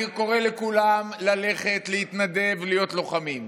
אני קורא לכולם ללכת להתנדב ולהיות לוחמים,